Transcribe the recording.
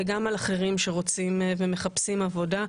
וגם על אחרים שרוצים ומחפשים עבודה,